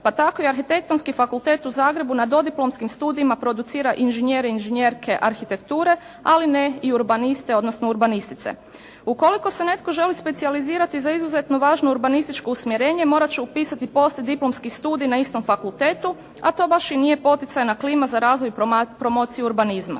pa tako i Arhitektonski fakultet u Zagrebu na dodiplomskim studijima producira inžinjere i inžinjerke arhitekture ali ne i urbaniste odnosno urbanistice. Ukoliko se netko želi specijalizirati za izuzetno važno urbanističko usmjerenje morat će upisati poslijediplomski studij na istom fakultetu a to baš i nije poticajna klima za razvoj promocije urbanizma.